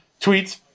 tweets